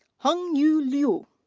hengyu liu.